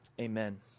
Amen